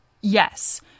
Yes